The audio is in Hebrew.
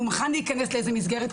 והוא מוכן להיכנס לאיזו שהיא מסגרת.